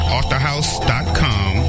authorhouse.com